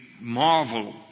marvel